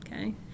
Okay